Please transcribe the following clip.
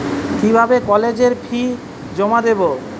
কিভাবে কলেজের ফি জমা দেবো?